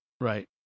right